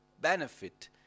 benefit